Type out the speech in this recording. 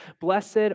Blessed